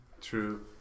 True